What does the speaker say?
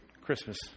Christmas